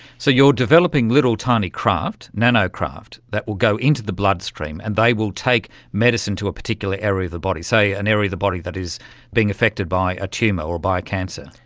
so you are developing little tiny craft, nano-craft, that will go into the bloodstream and they will take medicine to a particular area of the body, say an area of the body that is being affected by a tumour or by cancer.